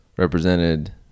represented